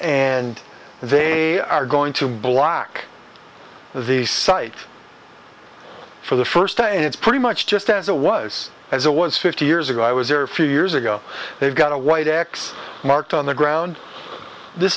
and they are going to block the site for the first time and it's pretty much just as it was as it was fifty years ago i was there a few years ago they've got a white x marked on the ground this